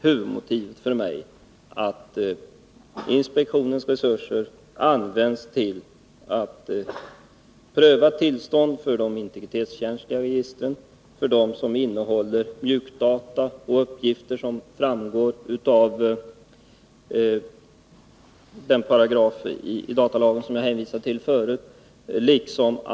Huvudmotivet för mig är att datainspektionens resurser skall användas för att pröva tillstånd för de integritetskänsliga registren, för de register som innehåller mjukdata och sådana uppgifter som anges i 4 § datalagen som jag hänvisade till förut.